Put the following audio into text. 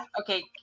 okay